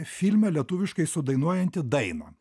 filme lietuviškai sudainuojanti dainą